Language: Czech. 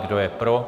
Kdo je pro?